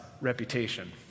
reputation